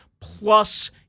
plus